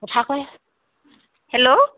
কথা কয় হেল্ল'